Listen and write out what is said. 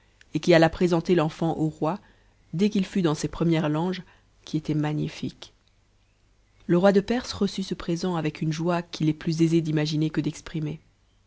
et fui alla présenter l'enfant au roi dès qu'ilfut dans ses premières langes qui étaient magnifiques le roi de perse reçut ce présent aveç une joie qu'il est plus aisé d'imasiaerque d'exprimer